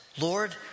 Lord